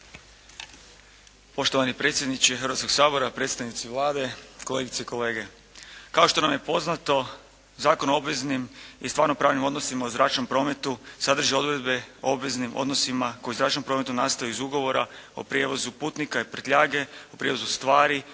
Poštovani predsjedniče Hrvatskoga sabora, predstavnici Vlade, kolegice i kolege. Kao što nam je poznato Zakon o obveznim i stvarno pravnim odnosima u zračnom prometu sadrži odredbe o obveznim odnosima koji u zračnom prometu nastaju iz Ugovora o prijevozu putnika i prtljage u prijevozu stvari,